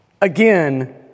Again